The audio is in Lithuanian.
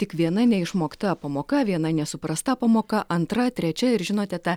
tik viena neišmokta pamoka viena nesuprasta pamoka antra trečia ir žinote ta